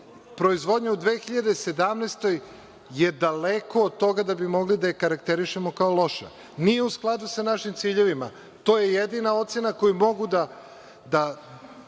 proizvodnje u 2017. godini je daleko od toga da bi mogli da je karakterišemo kao loša. Nije u skladu sa našim ciljevima. To je jedina ocena oko koje mogu da